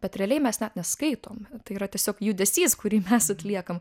bet realiai mes net neskaitome tai yra tiesiog judesys kurį mes atliekam